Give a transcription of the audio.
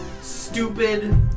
stupid